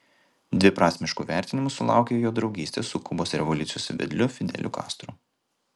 dviprasmiškų vertinimų sulaukė jo draugystė su kubos revoliucijos vedliu fideliu castro